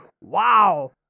wow